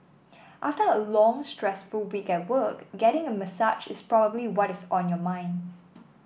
after a long stressful week at work getting a massage is probably what is on your mind